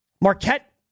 Marquette